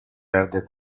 perde